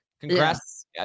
Congrats